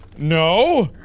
no?